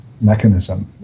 mechanism